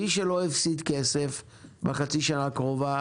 מי שלא הפסיד כסף בחצי השנה הקרובה,